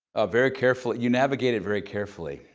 ah very carefully, you navigate it very carefully.